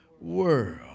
world